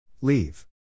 Leave